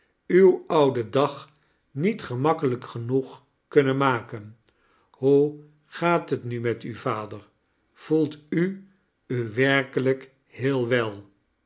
uw ouden dag niet gemakkelijk geinoeg kunnen maken hoe gaat t mi met u awdea voelt u u werkelijk heel wel